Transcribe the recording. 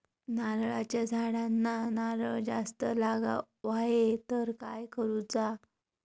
नारळाच्या झाडांना नारळ जास्त लागा व्हाये तर काय करूचा?